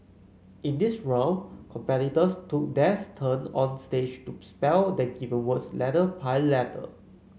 in this round competitors took their turn on stage to spell their given words letter by letter